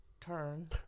turn